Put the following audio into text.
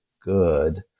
good